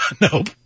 Nope